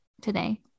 today